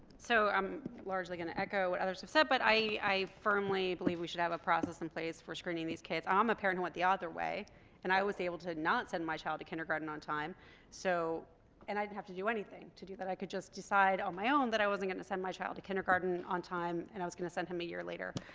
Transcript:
so i'm largely going to echo what others said but i i firmly believe we should have a process in place for screening these kids i'm um a parent who went the other way and i was able to not send my child to kindergarten on time so and i didn't have to do anything to do that i could just decide on my own that i wasn't going to send my child to kindergarten on time and i was going to send him a year later